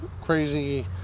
crazy